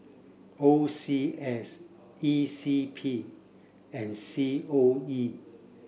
O C S E C P and C O E